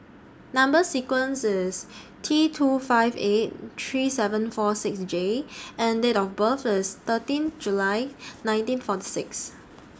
Number sequence IS T two five eight three seven four six J and Date of birth IS thirteen July nineteen forty six